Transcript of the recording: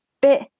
bit